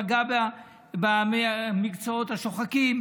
פגע במקצועות השוחקים,